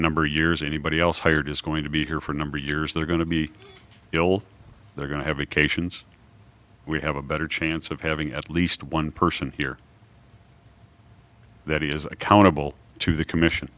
number of years anybody else hired is going to be here for a number of years they're going to be ill they're going to have occasions we have a better chance of having at least one person here that is accountable to the commission